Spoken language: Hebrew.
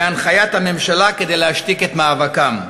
בהנחיית הממשלה כדי להשתיק את מאבקם.